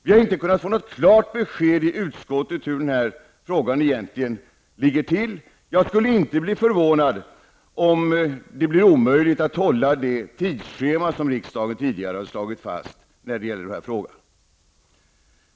Vi har inte kunnat få något klart besked från utskottet i denna fråga. Jag skulle inte bli förvånad om det blir omöjligt att hålla det tidsschema som riksdagen tidigare slagit fast när det gäller dessa frågor.